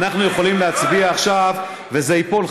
אנחנו יכולים להצביע, יואל, עכשיו וזה ייפול.